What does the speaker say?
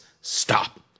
stop